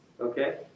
Okay